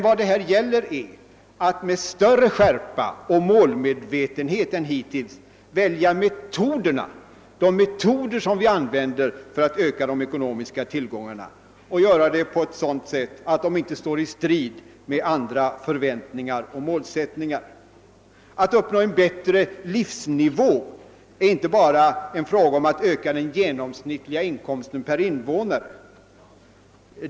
Vad det gäller är att med större skärpa och målmedvetenhet än hittills välja de metoder vi använder för att öka de ekonomiska tillgångarna på ett sådant sätt, att de inte står i strid med andra förhoppningar och målsättningar. Att uppnå en bättre livsnivå är inte bara att öka den genomsnittliga inkomsten per invånare.